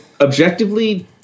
objectively